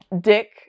Dick